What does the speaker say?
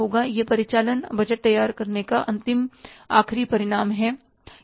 तो यह परिचालन बजट तैयार करने का अंतिम आखिरी परिणाम है